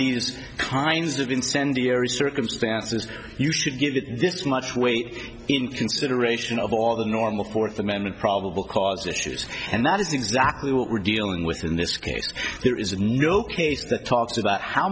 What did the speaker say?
these kinds of incendiary circumstances you should give this much weight in consideration of all the normal fourth amendment probable cause issues and that is exactly what we're dealing with in this case there is no case that talks about how